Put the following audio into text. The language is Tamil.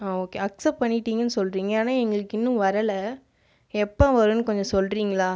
ஓகே அக்செப்ட் பண்ணிட்டீங்கனு சொல்கிறீங்க ஆனால் எங்களுக்கு இன்னும் வரலை எப்போ வரும்னு கொஞ்சம் சொல்கிறீங்களா